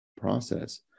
process